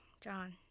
John